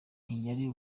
ntiyari